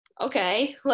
okay